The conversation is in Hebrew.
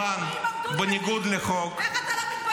תתבייש לך,